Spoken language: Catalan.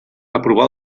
aprovar